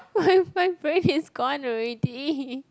is gone already